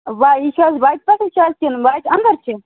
وا یہِ چھِ حظ وتہِ پَتھٕے چھِ حظ کِنہٕ وتہِ اَندَر چھِ